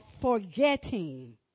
forgetting